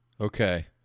Okay